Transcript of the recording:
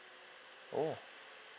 oh